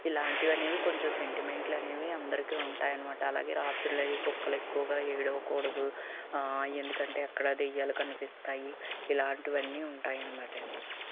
ఇలాంటివి అనేవి కొంచెం సెంటిమెంట్లు అనేవి అందరికి ఉంటాయి అన్నమాట అలాగే రాత్రుళ్ళు అవి కుక్కలు ఎక్కువుగా ఏడవకూడదు ఎందుకంటే అక్కడ దెయ్యాలు కనిపిస్తాయి ఇలాంటివి అన్ని ఉంటాయి అన్నమాట అండి